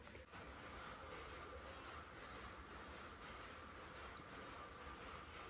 ಹಣದ ಸಮಯದ ಮೌಲ್ಯವನ್ನು ಸಾಮಾನ್ಯವಾಗಿ ಹಣಕಾಸು ವೃತ್ತಿಪರರು ಟಿ.ವಿ.ಎಮ್ ಎಂದು ಗುರುತಿಸುತ್ತಾರೆ